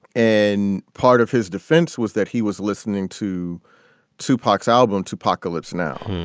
and part of his defense was that he was listening to tupac's album two pacalypse now,